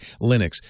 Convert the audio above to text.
Linux